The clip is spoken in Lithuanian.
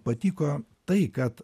patiko tai kad